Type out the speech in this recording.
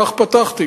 כך פתחתי,